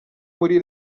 muri